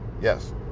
yes